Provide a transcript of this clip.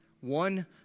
One